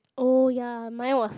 oh ya mine was